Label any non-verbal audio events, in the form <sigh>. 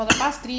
<noise>